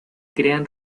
crean